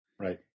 Right